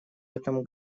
этом